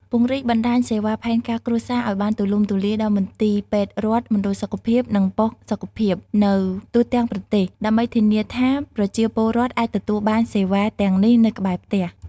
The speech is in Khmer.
ពង្រីកបណ្ដាញសេវាផែនការគ្រួសារឱ្យបានទូលំទូលាយដល់ មន្ទីរពេទ្យរដ្ឋ មណ្ឌលសុខភាព និងប៉ុស្តិ៍សុខភាព នៅទូទាំងប្រទេស ដើម្បីធានាថាប្រជាពលរដ្ឋអាចទទួលបានសេវាទាំងនេះនៅក្បែរផ្ទះ ។